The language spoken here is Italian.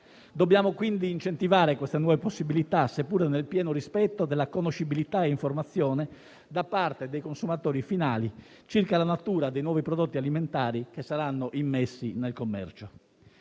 Dobbiamo quindi incentivare queste diverse possibilità, seppure nel pieno rispetto della conoscibilità e dell'informazione da parte dei consumatori finali circa la natura di nuovi prodotti alimentari che saranno immessi nel commercio.